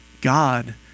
God